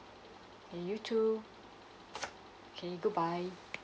and you too okay goodbye